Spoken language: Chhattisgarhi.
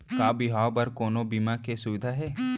का बिहाव बर कोनो बीमा के सुविधा हे?